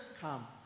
Come